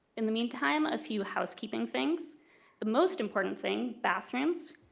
in the meantimem a few housekeeping things the most important thing bathrooms,